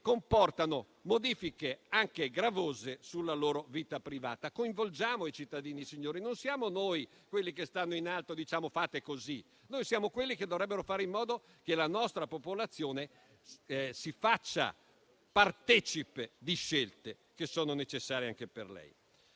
comportano modifiche, persino gravose, alla loro vita privata. Coinvolgiamo i cittadini, signori. Noi non siamo quelli che stanno in alto e diciamo «fate così»: noi siamo quelli che dovrebbero fare in modo che la nostra popolazione si faccia partecipe di scelte che sono necessarie anche per lei.